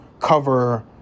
cover